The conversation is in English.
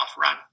run